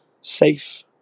safe